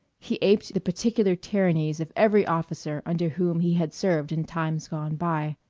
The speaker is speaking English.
he aped the particular tyrannies of every officer under whom he had served in times gone by.